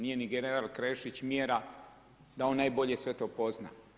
Nije ni general Krešić mjera da on najbolje sve to pozna.